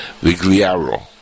Vigliaro